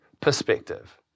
perspective